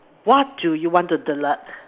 what do you want to delete